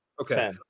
Okay